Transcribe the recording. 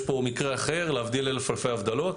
יש פה מקרה אחר, להבדיל אלף אלפי הבדלות,